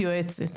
אני יועצת.